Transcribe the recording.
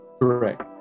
correct